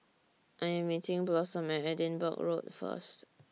I Am meeting Blossom At Edinburgh Road First